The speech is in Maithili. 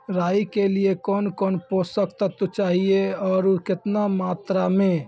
राई के लिए कौन कौन पोसक तत्व चाहिए आरु केतना मात्रा मे?